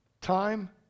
time